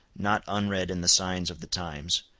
not unread in the signs of the times,